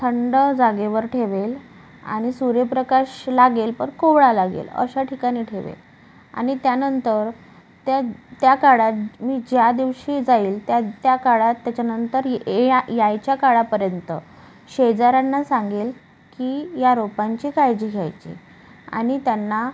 थंड जागेवर ठेवेल आणि सूर्यप्रकाश लागेल पर कोवळा लागेल अशा ठिकाणी ठेवेल आणि त्यानंतर त्या त्या काळात मी ज्या दिवशी जाईल त्या त्या काळात त्याच्यानंतर ये ए या यायच्या काळापर्यंत शेजाऱ्यांना सांगेल की या रोपांची काळजी घ्यायची आणि त्यांना